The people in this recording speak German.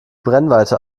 brennweite